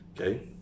Okay